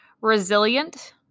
Resilient